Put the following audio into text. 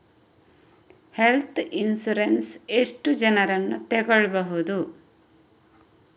Health insurance ಎಷ್ಟು ಜನರನ್ನು ತಗೊಳ್ಬಹುದು?